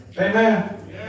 Amen